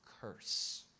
curse